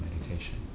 meditation